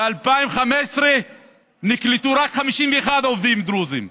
ב-2015 נקלטו רק 51 עובדים דרוזים,